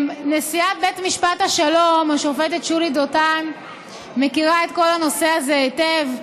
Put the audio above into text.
נשיאת בית משפט השלום השופטת שולי דותן מכירה את כל הנושא הזה היטב.